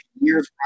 years